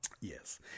Yes